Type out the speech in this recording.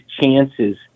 chances